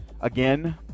again